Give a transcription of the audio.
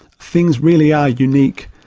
things really are unique,